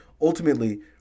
ultimately